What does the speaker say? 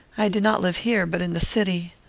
i do not live here, but in the city.